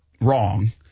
wrong